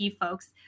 folks